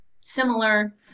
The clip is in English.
similar